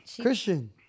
Christian